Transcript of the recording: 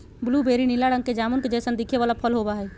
blueberry नीला रंग के जामुन के जैसन दिखे वाला फल होबा हई